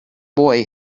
boy